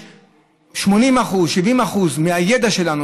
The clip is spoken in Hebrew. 70% 80% מהידע שלנו,